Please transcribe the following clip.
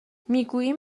میگوییم